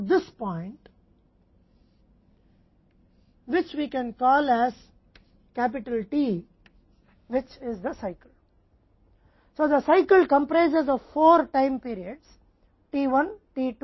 तो चक्र अनिवार्य रूप से यहां से इस बिंदु तक है जिसे हम T कह सकते हैं जो कि चक्र है